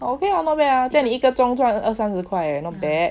oh okay lah 这样你一个钟赚二三十块 eh not bad